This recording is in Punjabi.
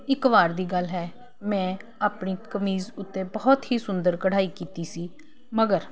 ਇੱਕ ਵਾਰ ਦੀ ਗੱਲ ਹੈ ਮੈਂ ਆਪਣੀ ਕਮੀਜ਼ ਉੱਤੇ ਬਹੁਤ ਹੀ ਸੁੰਦਰ ਕਢਾਈ ਕੀਤੀ ਸੀ ਮਗਰ